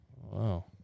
wow